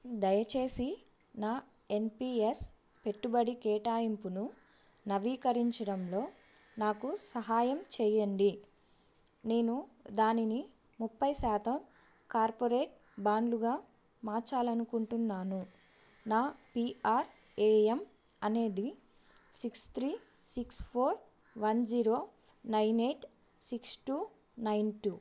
దయచేసి నా N P S పెట్టుబడి కేటాయింపును నవీకరించడంలో నాకు సహాయం చెయ్యండి నేను దానిని ముప్పై శాతం కార్పొరేట్ బాండ్లుగా మార్చాలి అనుకుంటున్నాను నా పీ ఆర్ ఏ ఎమ్ అనేది six three six four one zero nine eight six two nine two